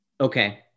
Okay